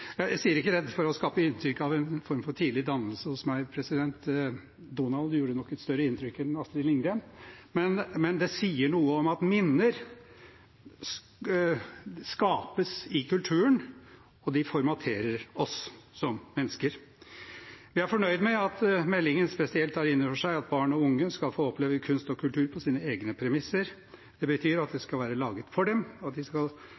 Jeg sier ikke dette for å skape inntrykk av en form for tidlig dannelse hos meg – Donald gjorde nok et større inntrykk enn Astrid Lindgren – men det sier noe om at minner skapes i kulturen, og de formaterer oss som mennesker. Vi er fornøyd med at meldingen spesielt tar inn over seg at barn og unge skal få oppleve kunst og kultur på sine egne premisser. Det betyr at det skal være laget for dem, og at de skal